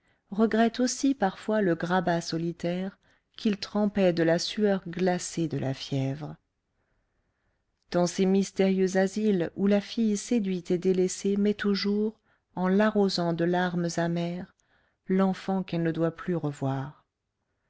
regrette aussi parfois le grabat solitaire qu'il trempait de la sueur glacée de la fièvre dans ces mystérieux asiles où la fille séduite et délaissée met au jour en l'arrosant de larmes amères l'enfant qu'elle ne doit plus revoir